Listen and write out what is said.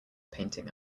painting